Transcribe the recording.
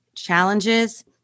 challenges